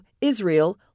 Israel